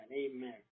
Amen